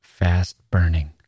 fast-burning